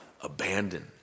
abandoned